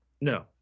No